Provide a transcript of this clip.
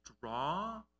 draw